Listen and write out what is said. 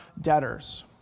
debtors